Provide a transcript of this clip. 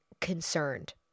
concerned